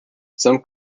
some